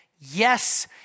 Yes